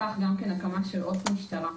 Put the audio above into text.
כולל הקמה של אות משטרה,